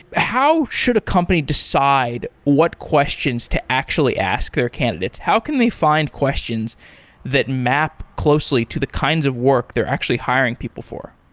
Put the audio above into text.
how should a company decide what questions to actually ask their candidates? how can they find questions that map closely to the kinds of work they're actually hiring people for?